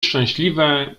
szczęśliwe